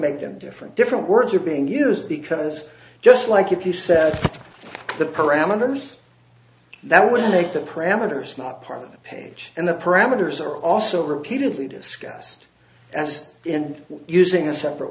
make them different different words are being used because just like if you set the parameters that will make the parameters not part of the page and the parameters are also repeatedly discussed as in using a separate